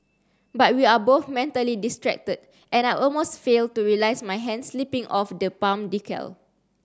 but we are both mentally distracted and I almost fail to realise my hand slipping off the palm decal